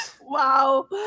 Wow